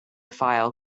file